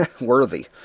worthy